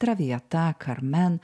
traviata karmen